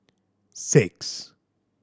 six